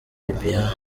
libya